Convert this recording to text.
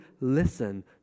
listen